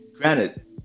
Granted